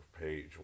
page